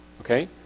okay